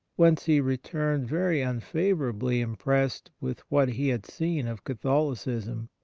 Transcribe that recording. whence he returned very unfavourably impressed with what he had seen of catholicism,